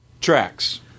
Tracks